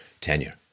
tenure